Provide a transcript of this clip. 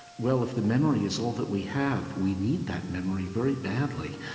well, if the memory is all that we have, we need that memory very badly.